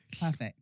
perfect